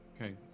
okay